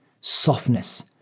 Softness